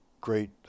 great